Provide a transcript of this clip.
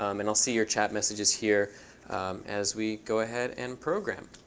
um and i'll see your chat messages here as we go ahead and program.